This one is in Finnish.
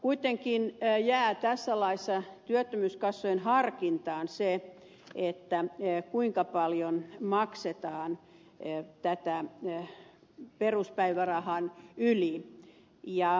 kuitenkin jää tässä laissa työttömyyskassojen harkintaan se kuinka paljon tätä maksetaan peruspäivärahan yli